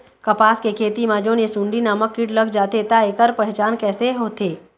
कपास के खेती मा जोन ये सुंडी नामक कीट लग जाथे ता ऐकर पहचान कैसे होथे?